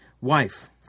Wife